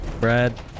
Brad